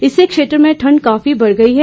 इससे क्षेत्र में ठंड काफी बढ़ गई है